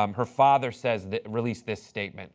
um her father says, releases statement